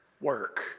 work